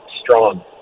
strong